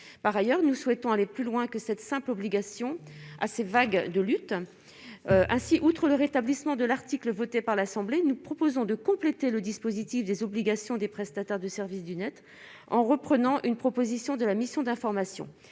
par ailleurs, nous souhaitons aller plus loin que cette simple obligation assez vague de lutte ainsi, outre le rétablissement de l'article voté par l'Assemblée, nous proposons de compléter le dispositif des obligations des prestataires de service du Net en reprenant une proposition de la mission d'information,